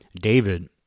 David